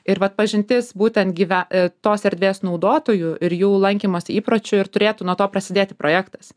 ir vat pažintis būtent gyve tos erdvės naudotojų ir jų lankymas įpročių ir turėtų nuo to prasidėti projektas